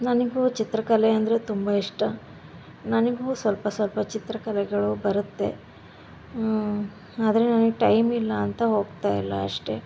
ನನಗೂ ಚಿತ್ರಕಲೆ ಅಂದರೆ ತುಂಬ ಇಷ್ಟ ನನಗೂ ಸ್ವಲ್ಪ ಸ್ವಲ್ಪ ಚಿತ್ರಕಲೆಗಳು ಬರುತ್ತೆ ಆದರೆ ನನಗೆ ಟೈಮ್ ಇಲ್ಲ ಅಂತ ಹೋಗ್ತಾಯಿಲ್ಲ ಅಷ್ಟೆ